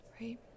right